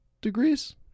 degrees